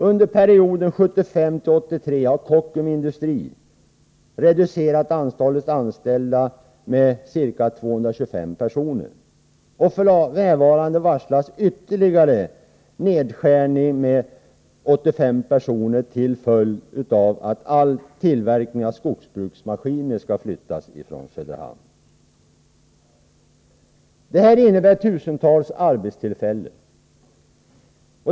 Under perioden 1975-1983 har Kockums Industri AB reducerat antalet anställda i Söderhamn med ca 225 personer. F.n. varslas det om ytterligare en nedskärning med 85 arbetstillfällen till följd av att all tillverkning av skogsbruksmaskiner skall flyttas från Söderhamn. Det handlar således om tusentals arbetstillfällen.